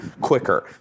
quicker